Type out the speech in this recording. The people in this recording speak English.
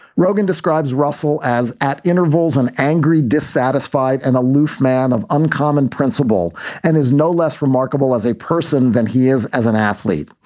rogan describes russell as at intervals, an angry, dissatisfied and aloof man of uncommon principle and is no less remarkable as a person than he is as an athlete.